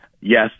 Yes